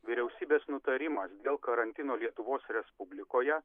vyriausybės nutarimas dėl karantino lietuvos respublikoje